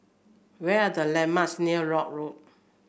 what are the landmarks near Lock Road